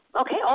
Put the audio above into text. Okay